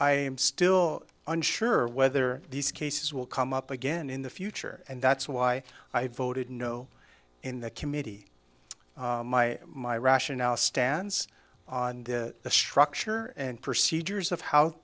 i am still unsure whether these cases will come up again in the future and that's why i voted no in the committee my my rationale stands on the structure and procedures of how